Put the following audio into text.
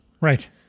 Right